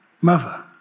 mother